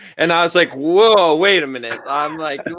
and i was like, whoa, wait a minute. i'm like, and